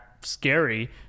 scary